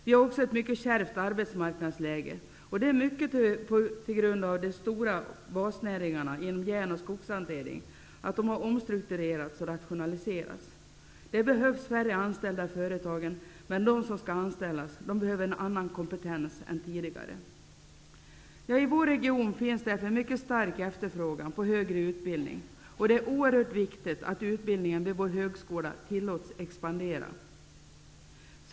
Vi har också ett mycket kärvt arbetsmarknadsläge, mycket på grund av att de stora basnäringarna inom järn och skogshantering har omstrukturerats och rationaliserats. Det behövs färre anställda i företagen, men de som skall anställas behöver en annan kompetens än tidigare. I vår region finns en mycket stark efterfrågan på högre utbildning. Det är oerhört viktigt att utbildningen vid vår högskola tillåts att expandera.